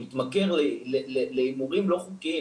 הוא התמכר להימורים לא חוקיים.